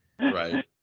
Right